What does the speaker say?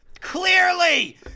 Clearly